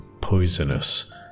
poisonous